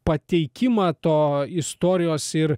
pateikimą to istorijos ir